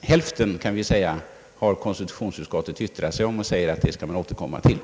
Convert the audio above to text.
Hälften, kan vi säga, har konstitutionsutskottet yttrat sig om och säger att det skall man återkomma till.